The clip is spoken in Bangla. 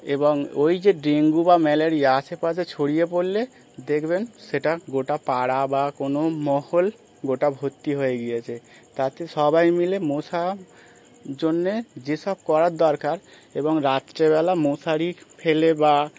এবং ওই যে ডেঙ্গু বা ম্যালেরিয়া আশেপাশে ছড়িয়ে পড়লে দেখবেন সেটা গোটা পাড়া বা কোনো মহল গোটা ভর্তি হয়ে গিয়েছে তাতে সবাই মিলে মশার জন্যে যেসব করার দরকার এবং রাত্রেবেলা মশারি ফেলে বা